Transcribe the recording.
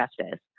justice